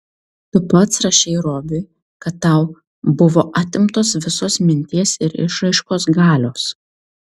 tu pats rašei robiui kad tau buvo atimtos visos minties ir išraiškos galios